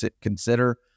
consider